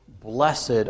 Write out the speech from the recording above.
blessed